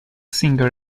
singer